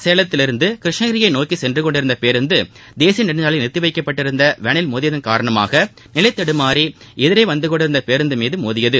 சேலத்திலிருந்துகிருஷ்ணகிரியைநோக்கிசென்றுகொண்டிருந்தபேருந்ததேசியநெடுஞ்சாலை யில் நிறுத்திவைக்கப்பட்டிருந்தவேனில் மோதியதன் காரணமாக நிலைதடுமாறிஎதிரேவந்துகொண்டிருந்தபேருந்துமீதும் மோதியது